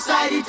Side